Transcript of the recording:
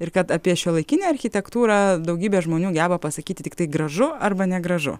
ir kad apie šiuolaikinę architektūrą daugybė žmonių geba pasakyti tiktai gražu arba negražu